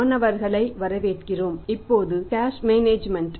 மாணவர்களை வரவேற்கிறோம் இப்போது கேஷ் மேனேஜ்மென்ட்